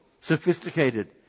sophisticated